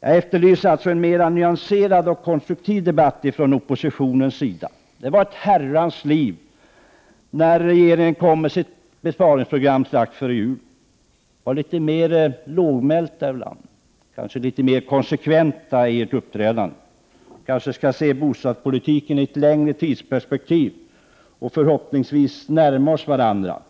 Jag efterlyser alltså en mer nyanserad och konstruktiv debatt från oppositionens sida. Det var ett herrans liv när regeringen kom med sitt besparingsprogram strax före jul. Var litet mer lågmälda, kanske litet mer konsekventa i ert uppträdande! Vi kanske skall se bostadspolitiken i ett längre tidsperspektiv och förhoppningsvis närma oss varandra.